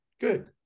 good